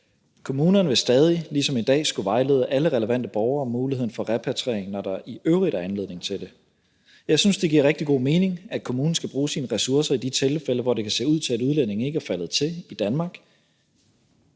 Kommunerne vil stadig – ligesom i dag – skulle vejlede alle relevante borgere om muligheden for repatriering, når der i øvrigt er anledning til det. Jeg synes, det giver rigtig god mening, at kommunen skal bruge sine ressourcer i de tilfælde, hvor det kan se ud til, at udlændinge ikke er faldet til i Danmark,